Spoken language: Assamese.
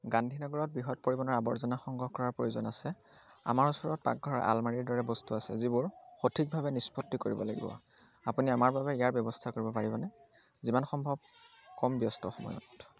গান্ধী নগৰত বৃহৎ পৰিমাণৰ আৱৰ্জনা সংগ্ৰহ কৰাৰ প্ৰয়োজন আছে আমাৰ ওচৰত পাকঘৰৰ আলমাৰীৰ দৰে বস্তু আছে যিবোৰ সঠিকভাৱে নিষ্পত্তি কৰিব লাগিব আপুনি আমাৰ বাবে ইয়াৰ ব্যৱস্থা কৰিব পাৰিবনে যিমান সম্ভৱ কম ব্যস্ত সময়ত